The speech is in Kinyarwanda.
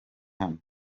hano